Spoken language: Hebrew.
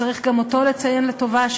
שצריך גם אותו לציין לטובה,